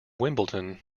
wimbledon